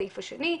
הסעיף השני,